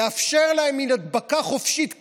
מאפשר להם מין הדבקה חופשית כזאת,